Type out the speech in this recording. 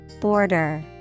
Border